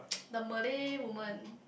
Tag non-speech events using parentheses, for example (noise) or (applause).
(noise) the malay woman